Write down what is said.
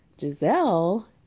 Giselle